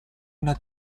una